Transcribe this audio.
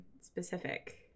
specific